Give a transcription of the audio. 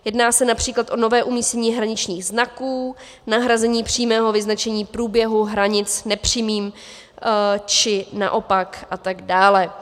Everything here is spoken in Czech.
Jedná se například o nové umístění hraničních znaků, nahrazení přímého vyznačení průběhu hranic nepřímým či naopak a tak dále.